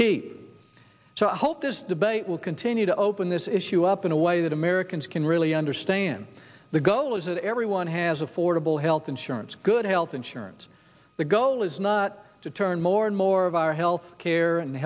i hope this debate will continue to open this issue up in a way that americans can really understand the goal is that everyone has affordable health insurance good health insurance the goal is not to turn more and more of our health care and